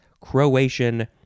Croatian